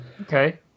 Okay